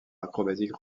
acrobatique